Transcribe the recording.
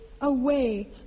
away